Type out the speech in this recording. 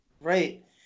Right